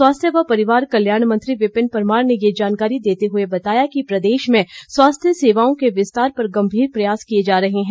स्वास्थ्य व परिवार कल्याण मंत्री विपिन परमार ने ये जानकारी देते हुए बताया कि प्रदेश में स्वास्थ्य सेवाओं के विस्तार पर गंभीर प्रयास किए जा रहे हैं